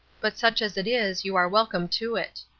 but such as it is you are welcome to it.